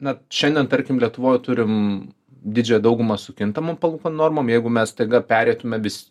na šiandien tarkim lietuvoj turim didžiąją daugumą su kintamom palūkanų normom jeigu mes staiga pereitume vis